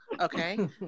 okay